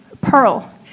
pearl